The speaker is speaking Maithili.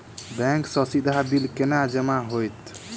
बैंक सँ सीधा बिल केना जमा होइत?